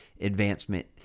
advancement